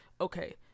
Okay